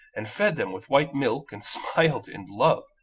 and fed them with white milk, and smiled in love,